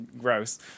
gross